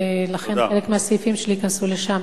ולכן חלק מהסעיפים נכנסו לשם.